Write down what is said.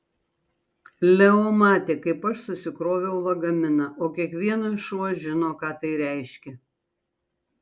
leo matė kaip aš susikroviau lagaminą o kiekvienas šuo žino ką tai reiškia